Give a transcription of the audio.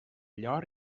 llor